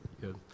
Good